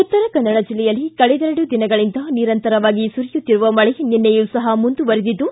ಉತ್ತರಕನ್ನಡ ಬೆಲ್ಲೆಯಲ್ಲಿ ಕಳೆದೆರಡು ದಿನಗಳಿಂದ ನಿರಂತರವಾಗಿ ಸುರಿಯುತ್ತಿರುವ ಮಳೆ ನಿನ್ನೆಯೂ ಸಹ ಮುಂದುವರಿದಿದ್ದು